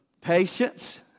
patience